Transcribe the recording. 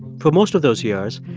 for most of those years,